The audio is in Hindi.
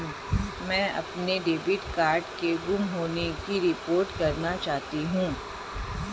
मैं अपने डेबिट कार्ड के गुम होने की रिपोर्ट करना चाहती हूँ